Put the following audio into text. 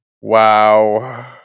Wow